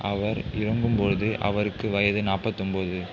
அவர் இறங்கும் போது அவருக்கு வயது நாற்பத்தொம்போது